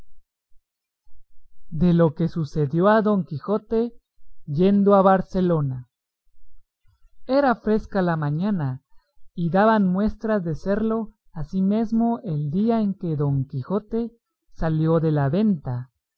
de lo que sucedió a don quijote yendo a barcelona era fresca la mañana y daba muestras de serlo asimesmo el día en que don quijote salió de la venta